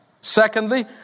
Secondly